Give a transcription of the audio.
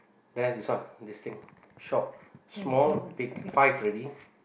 there this one this thing shop small big five already